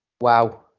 Wow